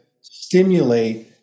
stimulate